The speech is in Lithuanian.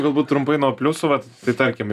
galbūt trumpai nuo pliusų vat tai tarkim